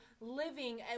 living